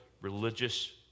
religious